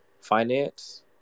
finance